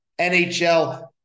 NHL